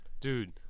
dude